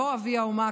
לא אבי האומה,